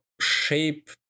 shape